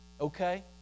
okay